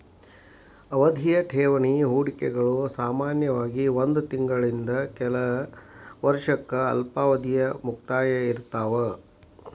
ಅವಧಿಯ ಠೇವಣಿ ಹೂಡಿಕೆಗಳು ಸಾಮಾನ್ಯವಾಗಿ ಒಂದ್ ತಿಂಗಳಿಂದ ಕೆಲ ವರ್ಷಕ್ಕ ಅಲ್ಪಾವಧಿಯ ಮುಕ್ತಾಯ ಇರ್ತಾವ